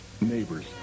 neighbors